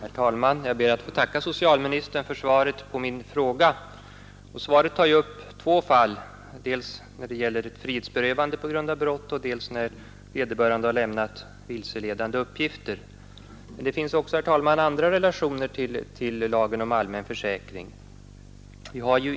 brott Herr talman! Jag ber att få tacka socialministern för svaret på min fråga. Svaret tar upp två fall, dels det som avser frihetsberövande på grund av brott, dels det fall när vederbörande har lämnat vilseledande uppgifter. Men det finns också, herr talman, andra relationer till lagen om allmän försäkring.